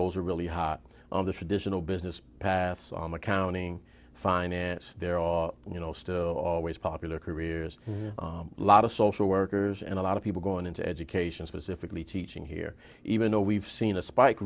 those are really hot on the traditional business paths on accounting finance there are you know still always popular careers lot of social workers and a lot of people going into education specifically teaching here even though we've seen a spike